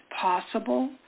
possible